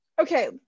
Okay